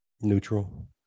Neutral